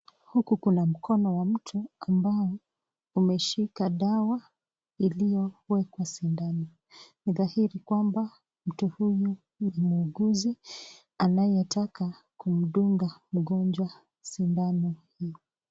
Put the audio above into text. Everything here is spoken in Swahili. Huku kuna mkono wa mtu ambao umeshika dawa iliyowekwa sindano, ni dhahiri kwamba mtu huyu ni muuguzi anayetaka kumdunga mgonjwa sindano hii.